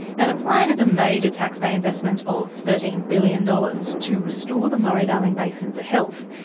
the plan is a major taxpayer investment of thirteen billion dollars to restore the murray-darling basin to health.